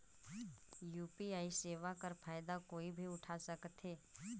UPI सेवा कर फायदा कोई भी उठा सकथे?